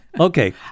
Okay